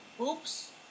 Oops